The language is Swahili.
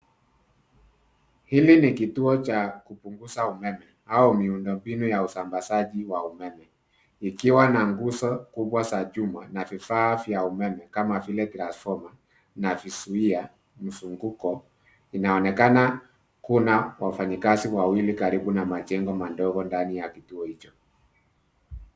Hiki ni kituo cha umeme au miundo mbinu ya usambazaji wa umeme ikiwa na nguzo kubwa za chuma na vifaa vya umeme kama vile transfoma. Inaonekana kuna wafanyikazi wawili karibu na majengo madogo ndani ya kituo hicho.